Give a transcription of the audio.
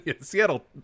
seattle